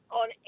on